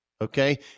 okay